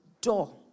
door